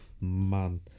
Man